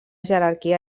jerarquia